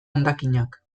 hondakinak